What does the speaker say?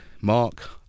Mark